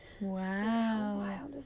Wow